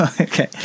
okay